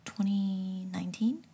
2019